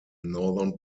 northern